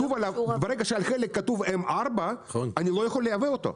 ברגע שעל החלק כתוב "M4" אני לא יכול לייבא אותו.